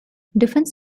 different